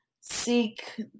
seek